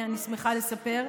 אני שמחה לספר.